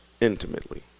intimately